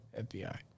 FBI